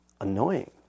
annoying